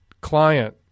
client